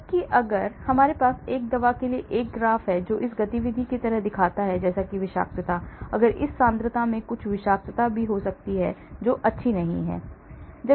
जबकि अगर मेरे पास एक दवा के लिए एक ग्राफ है जो इस गतिविधि की तरह दिखाता है जैसे कि विषाक्तता अगर इस सांद्रता में कुछ विषाक्तता भी हो सकती है जो अच्छी नहीं है